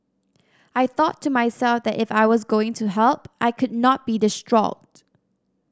I thought to myself that if I was going to help I could not be distraught